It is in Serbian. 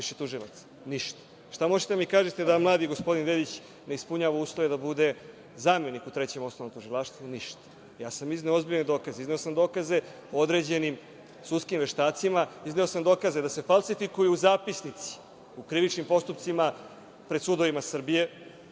tužilac? Ništa. Šta možete da mi kažete da mladi gospodin Veljić ne ispunjava uslove da bude zamenik u Trećem osnovnom tužilaštvu? Ništa. Ja sam izneo ozbiljne dokaze. Izneo sam dokaze o određenim sudskim veštacima. Izneo sam dokaze da se falsifikuju zapisnici u krivičnim postupcima pred sudovima Srbije,